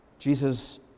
Jesus